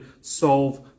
solve